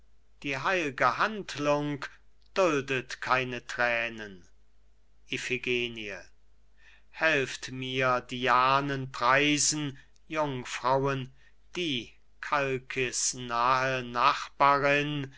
die heil'ge handlung duldet keine thränen iphigenie helft mir dianen preisen jungfrauen die chalcis nahe nachbarin